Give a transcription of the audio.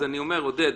אז אני אומר עודד,